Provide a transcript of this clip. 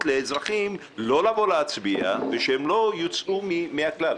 לאזרחים לא לבוא להצביע ושהם לא יוצאו מהכלל.